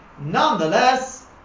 Nonetheless